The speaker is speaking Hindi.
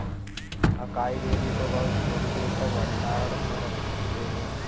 अकाई बेरी को बहुत थोड़ी देर तक भंडारण में रख सकते हैं